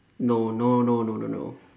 no no no no no no no